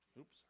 oops